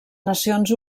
nacions